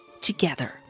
together